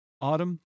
Autumn